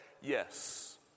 yes